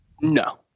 No